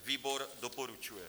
Výbor doporučuje.